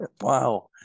Wow